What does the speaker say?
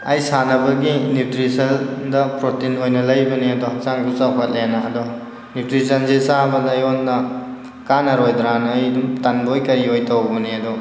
ꯑꯩ ꯁꯥꯟꯅꯕꯒꯤ ꯅ꯭ꯌꯨꯇ꯭ꯔꯤꯁꯟꯗ ꯄ꯭ꯔꯣꯇꯤꯟ ꯑꯣꯏꯅ ꯂꯩꯕꯅꯦ ꯑꯗꯣ ꯍꯛꯆꯥꯡꯁꯨ ꯆꯥꯎꯈꯠꯂꯦꯅ ꯑꯗꯣ ꯅ꯭ꯌꯨꯇ꯭ꯔꯤꯁꯟꯁꯦ ꯆꯥꯕꯗ ꯑꯩꯉꯣꯟꯗ ꯀꯥꯟꯅꯔꯣꯏꯗ꯭ꯔꯥꯅ ꯑꯩ ꯑꯗꯨꯝ ꯇꯟꯕꯣꯏ ꯀꯔꯤꯑꯣꯏ ꯇꯧꯕꯅꯦ ꯑꯗꯣ